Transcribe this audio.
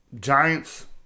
Giants